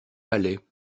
palais